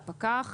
לפקח,